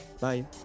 Bye